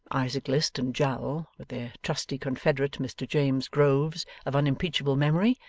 isaac list and jowl, with their trusty confederate mr james groves of unimpeachable memory,